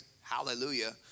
Hallelujah